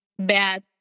bad